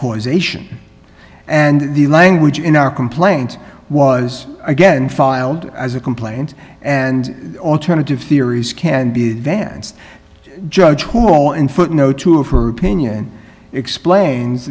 causation and the language in our complaint was again filed as a complaint and alternative theories can be vance judge paul in footnote two of her pinion explains